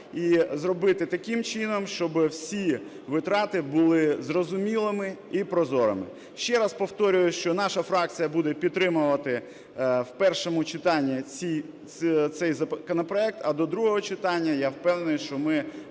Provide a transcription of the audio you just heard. і зробити таким чином, щоби всі витрати були зрозумілими і прозорими. Ще раз повторюю, що наша фракція буде підтримувати в першому читанні цей законопроект, а до другого читання, я впевнений, що ми